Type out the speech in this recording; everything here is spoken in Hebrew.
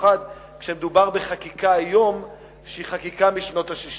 במיוחד כשהחקיקה היום היא חקיקה משנות ה-60.